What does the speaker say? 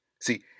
See